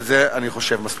ואני חושב שזה מספיק.